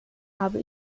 habe